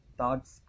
thoughts